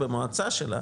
במועצה שלה,